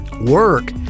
work